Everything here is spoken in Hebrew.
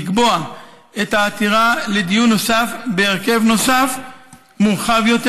לקבוע את העתירה לדיון נוסף בהרכב מורחב יותר